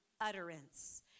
utterance